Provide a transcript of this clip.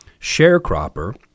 sharecropper